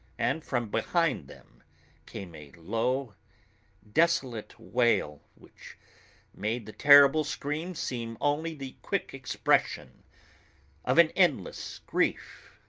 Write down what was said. and from behind them came a low desolate wail which made the terrible scream seem only the quick expression of an endless grief.